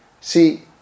See